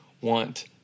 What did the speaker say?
want